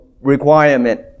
requirement